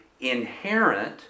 inherent